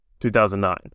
2009